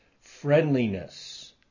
friendliness